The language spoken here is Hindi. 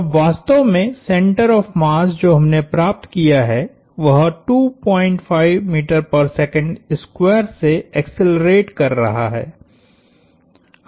अब वास्तव में सेंटर ऑफ़ मास जो हमने प्राप्त किया है वह से एक्सेलरेट कर रहा है